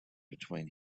between